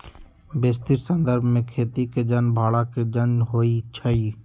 बेशीतर संदर्भ में खेती के जन भड़ा के जन होइ छइ